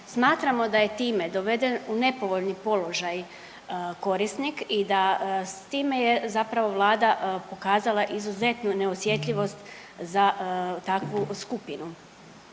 Smatramo da je time doveden u nepovoljni položaj korisnik i da s time je zapravo vlada pokazala izuzetno neosjetljivost za takvu skupinu.